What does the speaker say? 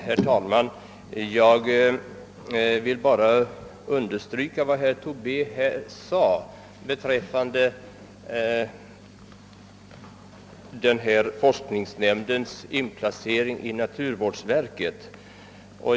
Herr talman! Jag vill bara understryka vad herr Tobé sade beträffande den föreslagna forskningsnämndens inplacering i naturvårdsverket.